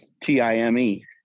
T-I-M-E